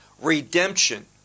Redemption